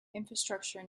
infrastructure